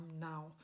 now